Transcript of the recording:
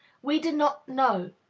we do not know,